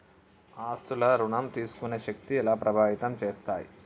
ఆస్తుల ఋణం తీసుకునే శక్తి ఎలా ప్రభావితం చేస్తాయి?